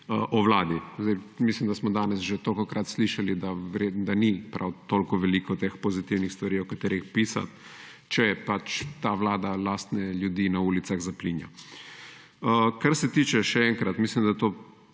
o Vladi. Mislim, da smo danes že tolikokrat slišali, da ni prav toliko veliko teh pozitivnih stvari, o katerih pisati, če je pač ta Vlada lastne ljudi na ulicah zaplinja. Kar se tiče, še enkrat, mislim da je